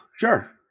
sure